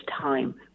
time